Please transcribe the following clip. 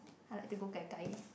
I like to go Gai Gai